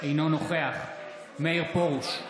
אינו נוכח מאיר פרוש,